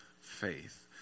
faith